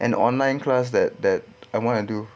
an online class that that I want to do